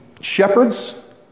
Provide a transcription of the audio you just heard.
shepherds